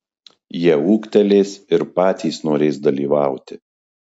jie ūgtelės ir patys norės dalyvauti